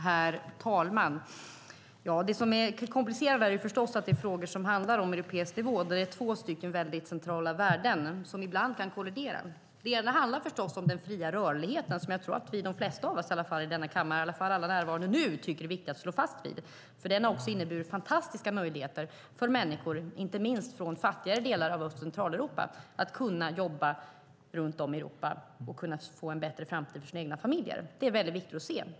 Herr talman! Det som komplicerar är förstås att det är frågor som handlar om europeisk nivå, där det är två väldigt centrala värden som ibland kan kollidera. Det ena handlar förstås om den fria rörligheten som jag tror att de flesta av oss i denna kammare, i alla fall alla nu närvarande, tycker att det är viktigt att stå fast vid. Den har också inneburit fantastiska möjligheter för människor, inte minst från fattigare delar av Öst och Centraleuropa, att kunna jobba runt om i Europa och få en bättre framtid för sina egna familjer. Det är väldigt viktigt att se.